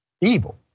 evil